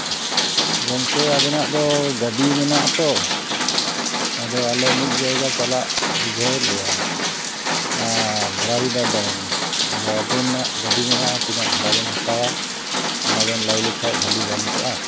ᱜᱚᱢᱠᱮ ᱟᱵᱮᱱᱟᱜ ᱫᱚ ᱜᱟᱹᱰᱤ ᱢᱮᱱᱟᱜᱼᱟ ᱛᱚ ᱟᱫᱚ ᱟᱞᱮ ᱢᱤᱫ ᱡᱟᱭᱜᱟ ᱪᱟᱞᱟᱜ ᱵᱩᱡᱷᱟᱹᱣᱮᱫ ᱞᱮᱭᱟ ᱚᱱᱟ ᱵᱚᱨᱟᱵᱤᱫᱟᱹ ᱰᱮᱢ ᱟᱫᱚ ᱟᱹᱵᱤᱱᱟᱜ ᱜᱟᱹᱰᱤ ᱢᱮᱱᱟᱜᱼᱟ ᱛᱤᱱᱟᱹᱜ ᱵᱷᱟᱲᱟ ᱵᱮᱱ ᱦᱟᱛᱟᱣᱟ ᱚᱱᱟ ᱵᱮᱱ ᱞᱟᱹᱭ ᱞᱮᱠᱛᱷᱟᱡ ᱵᱷᱟᱞᱮ ᱜᱟᱱ ᱠᱚᱜᱼᱟ